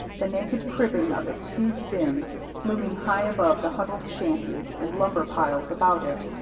the naked cribbing of its huge bins looming high above the huddled shanties and lumber piles about it.